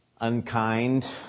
unkind